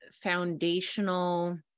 foundational